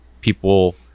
people